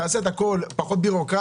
תעשה את הכול עם פחות ביורוקרטיה,